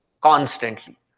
constantly